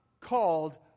called